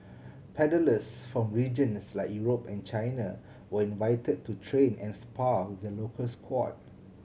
paddlers from regions like Europe and China were invited to train and spar with the local squad